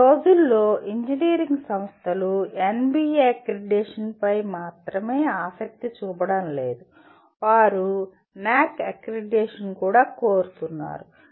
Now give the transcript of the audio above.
ఈ రోజుల్లో ఇంజనీరింగ్ సంస్థలు ఎన్బిఎ అక్రిడిటేషన్పై మాత్రమే ఆసక్తి చూపడం లేదు వారు ఎన్ఏఏసి అక్రిడిటేషన్ను కూడా కోరుతున్నారు